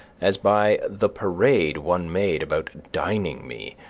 as by the parade one made about dining me,